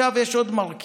יש עוד מרכיב: